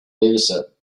dataset